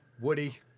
Woody